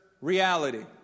reality